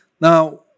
Now